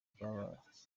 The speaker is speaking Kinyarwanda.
ibyabaye